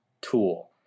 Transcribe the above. tool